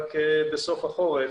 רק בסוף החורף